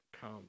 Come